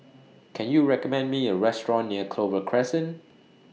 Can YOU recommend Me A Restaurant near Clover Crescent